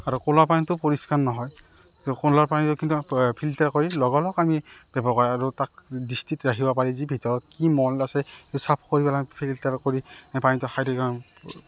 আৰু কলৰ পানীটো পৰিষ্কাৰ নহয় কলৰ পানীটো কিন্তু আ ফিল্টাৰ কৰি লগালগ আমি আৰু তাক ডিষ্টিল ৰাখিব পাৰি যে ভিতৰত কি মল আছে চাফ কৰি পেলাই ফিল্টাৰ কৰি পানীটো